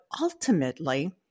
ultimately